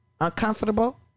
Uncomfortable